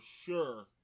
sure